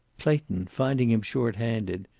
clayton, finding him short-handed,